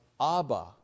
Abba